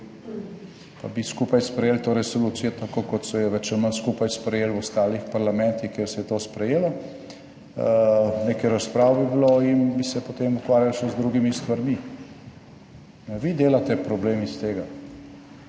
pa bi skupaj sprejeli to resolucijo, tako kot so jo več ali manj skupaj sprejeli v ostalih parlamentih, kjer se je to sprejelo. Nekaj razprav bi bilo in bi se potem ukvarjali še z drugimi stvarmi. Vi delate problem iz tega.